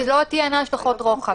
שלא תהיינה השלכות רוחב.